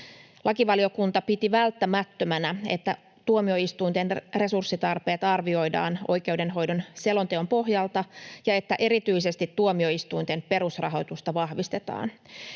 Lakivaliokunta piti välttämättömänä, että tuomioistuinten resurssitarpeet arvioidaan oikeudenhoidon selonteon pohjalta ja että erityisesti tuomioistuinten perusrahoitusta vahvistetaan.